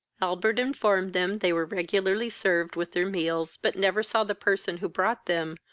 albert informed them they were regularly served with their meals, but never saw the person who brought them,